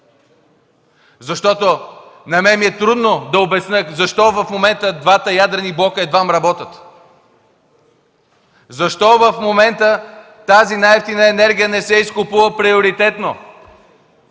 им! На мен ми е трудно да обясня защо в момента двата ядрени блока едвам работят! Защо в момента тази най-евтина енергия не се изкупува приоритетно?